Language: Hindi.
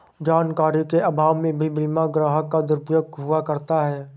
जानकारी के अभाव में भी बीमा ग्राहक का दुरुपयोग हुआ करता है